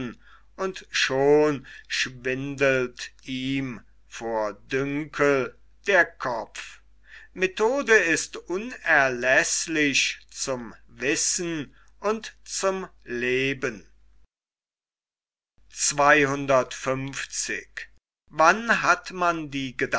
und schon schwindelt ihm vor dünkel der kopf methode ist unerläßlich zum wissen und zum leben wann